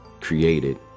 created